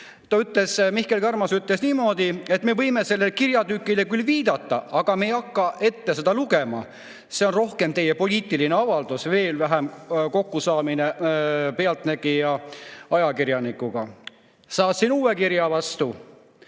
ruttu. Mihkel Kärmas ütles niimoodi, et nad võivad sellele kirjatükile viidata, aga nad ei hakka seda ette lugema. See on rohkem poliitiline avaldus, veel vähem kokkusaamine "Pealtnägija" ajakirjanikuga. Saatsin uue kirja vastu: